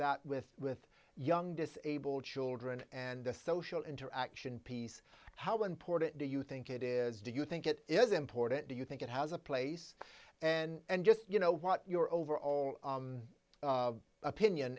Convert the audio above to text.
that with with young disabled children and the social interaction piece how important do you think it is do you think it is important do you think it has a place and just you know what your overall